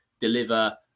deliver